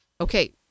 Okay